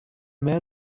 man